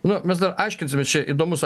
nu mes dar aiškinsimės čia įdomus